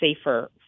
safer